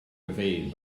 evade